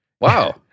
Wow